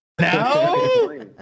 no